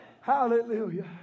Hallelujah